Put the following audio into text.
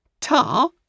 Tar